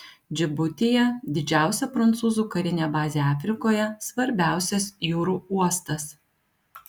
džibutyje didžiausia prancūzų karinė bazė afrikoje svarbiausias jūrų uostas